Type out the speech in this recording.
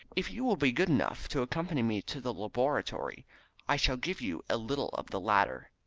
if you will be good enough to accompany me to the laboratory i shall give you a little of the latter.